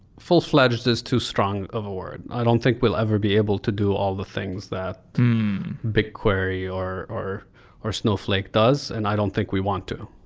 full-fl edged is too strong of a word. i don't think we'll ever be able to do all the things that bigquery or or snowfl ake does, and i don't think we want to.